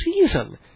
season